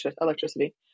electricity